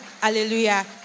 Hallelujah